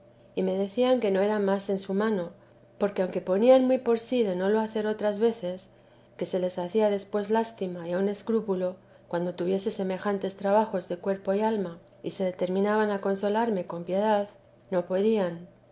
y me decían que no era más en su mano porque aunque ponían muy por sí de no lo hacer otras veces que se les hacía después lástima y aun escrúpulo cuando tuviese semejantes trabajos de cuerpo y alma y se determinaban a consolarme con piedad no podían